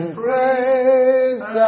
praise